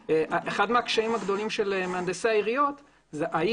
מהקשיים הגדולים של מהנדסי העיריות שאי